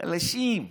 חלשים.